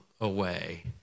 away